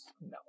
No